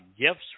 gifts